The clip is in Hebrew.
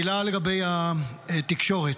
אדוני היושב-ראש, כנסת נכבדה, מילה לגבי התקשורת,